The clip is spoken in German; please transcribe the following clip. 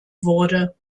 wurde